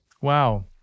wow